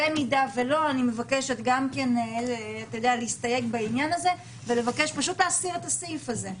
אם לא אני מבקשת להסתייג בעניין הזה ולבקש להסיר את הסעיף הזה.